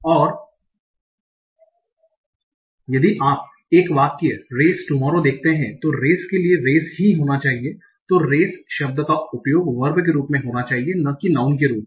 और यदि आप एक वाक्य रेस टूमारो देखते हैं तो रेस के लिए रेस ही होना चाहिए तो रेस शब्द का उपयोग वर्ब के रूप में होना चाहिए न कि नाऊन के रूप में